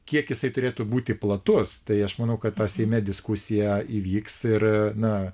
kiek jisai turėtų būti platus tai aš manau kad ta seime diskusija įvyks ir na